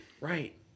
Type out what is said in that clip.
Right